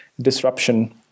disruption